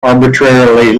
arbitrarily